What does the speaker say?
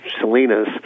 Salinas